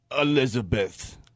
elizabeth